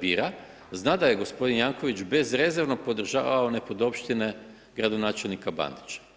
bira, zna da je gospodin Janković bezrezervno podržavaju nepodopštine gradonačelnika Bandića.